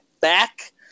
back